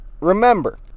remember